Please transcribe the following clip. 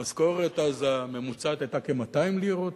המשכורת הממוצעת אז היתה כ-200 לירות.